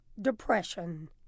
depression